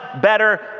better